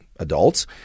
Adults